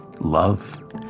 Love